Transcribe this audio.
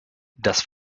das